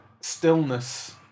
stillness